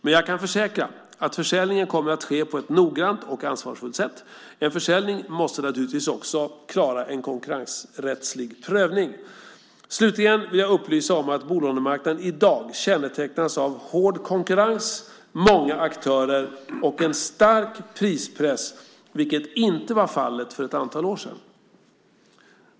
Men jag kan försäkra att försäljningen kommer att ske på ett noggrant och ansvarsfullt sätt. En försäljning måste naturligtvis också klara en konkurrensrättslig prövning. Slutligen vill jag upplysa om att bolånemarknaden i dag kännetecknas av hård konkurrens, många aktörer och en stark prispress, vilket inte var fallet för ett antal år sedan.